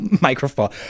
microphone